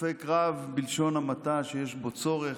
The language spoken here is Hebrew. וספק רב, בלשון המעטה, שיש בו צורך,